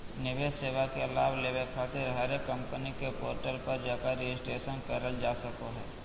निवेश सेवा के लाभ लेबे खातिर हरेक कम्पनी के पोर्टल पर जाकर रजिस्ट्रेशन करल जा सको हय